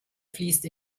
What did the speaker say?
fließt